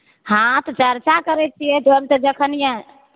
हाॅं तऽ चर्चा करै छियै जब तऽ जखनिये